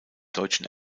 deutschen